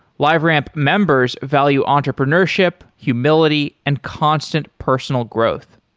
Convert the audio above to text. liveramp members value entrepreneurship, humility and constant personal growth.